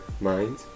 mind